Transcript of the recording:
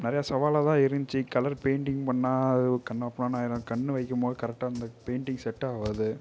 நிறைய சவாலாகதான் இருந்துச்சு கலர் பெயிண்ட்டிங் பண்ணா கன்னாபின்னானு ஆகிடும் கண்ணு வைக்கும்போது கரெக்டாக அந்த பெயிண்டிங் செட்டாகாது